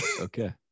Okay